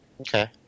okay